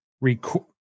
record